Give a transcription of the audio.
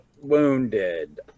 Wounded